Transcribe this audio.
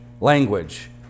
language